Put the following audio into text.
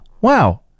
wow